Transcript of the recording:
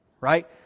right